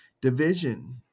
division